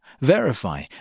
verify